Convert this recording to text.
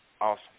awesome